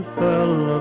fell